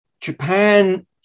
Japan